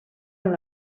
amb